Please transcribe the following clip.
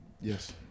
Yes